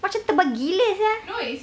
macam tebal gila sia